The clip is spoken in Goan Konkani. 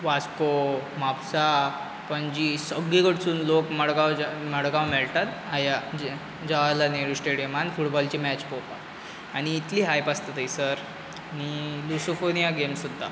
वास्को म्हापसा पणजी सगले कडसून लोक मडगांव मडगांव मेळटात आया जवाहरलाल नेहरू स्टेडीयमार फुटबॉलाची मॅच पळोवपाक आनी इतली हायप आसता थंयसर आनी लुसोफोनीया गेम सुद्दां